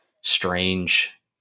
strange